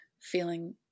feeling